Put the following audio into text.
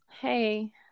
Hey